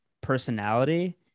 personality